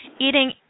eating